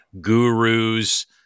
gurus